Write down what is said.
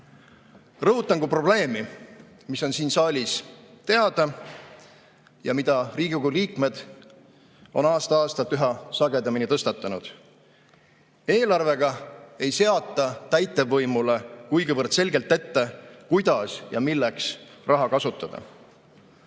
Rõhutan ka probleemi, mis on siin saalis teada ja mida Riigikogu liikmed on aasta-aastalt üha sagedamini tõstatanud – eelarvega ei seata täitevvõimule kuigivõrd selgelt ette, kuidas ja milleks raha kasutada.